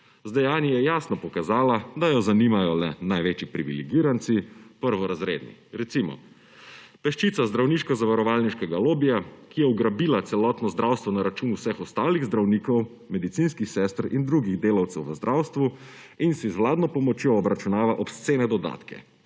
Z dejanji je jasno pokazala, da jo zanimajo le največji privilegiranci, prvorazredni. Recimo, peščica zdravniško-zavarovalniškega lobija, ki je ugrabila celotno zdravstvo na račun vseh ostalih zdravnikov, medicinskih sester in drugih delavcev v zdravstvu in si z vladno pomočjo obračunava obscene dodatke;